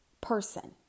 person